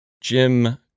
Jim